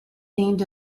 named